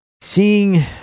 seeing